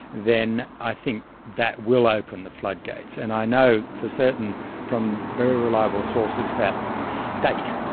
then i think that will open the floodgates. and i know for certain from very reliable sources that state,